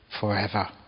forever